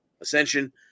Ascension